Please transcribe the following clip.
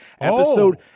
Episode